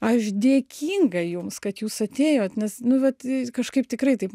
aš dėkinga jums kad jūs atėjot nes nu vat kažkaip tikrai taip